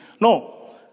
No